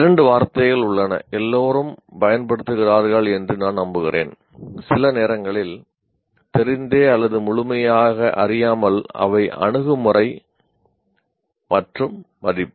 இரண்டு வார்த்தைகள் உள்ளன எல்லோரும் பயன்படுத்துகிறார்கள் என்று நான் நம்புகிறேன் சில நேரங்களில் தெரிந்தே அல்லது முழுமையாக அறியாமல் அவை அணுகுமுறை மற்றும் மதிப்பு